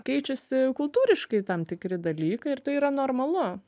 keičiasi kultūriškai tam tikri dalykai ir tai yra normalu